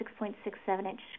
6.67-inch